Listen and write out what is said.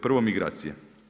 Prvo migracije.